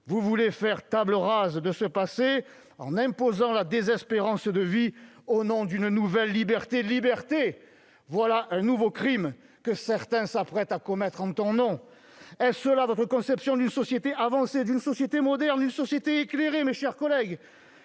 Vous voulez faire table rase de ce passé en imposant la désespérance de vie, au nom d'une nouvelle liberté. Liberté, voilà un nouveau crime que certains s'apprêtent à commettre en ton nom ! Est-ce cela votre conception d'une société avancée, d'une société moderne, d'une société éclairée ? Tant de